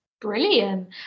brilliant